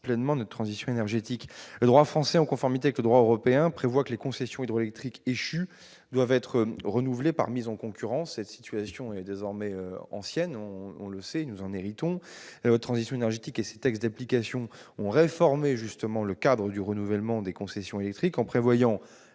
pleinement de la transition énergétique. Le droit français, en conformité avec le droit européen, prévoit que les concessions hydroélectriques échues doivent être renouvelées par mise en concurrence. Cette situation est désormais ancienne, nous en héritons. La loi relative à la transition énergétique et ses textes d'application ont justement réformé le cadre du renouvellement des concessions électriques, en prévoyant